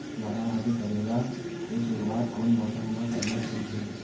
बारामासी करेला के शुरुवात कोन मौसम मा करना ठीक हे?